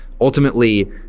Ultimately